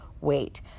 wait